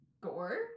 gore